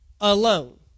alone